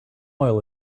oil